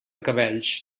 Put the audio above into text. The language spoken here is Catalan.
cabells